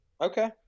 Okay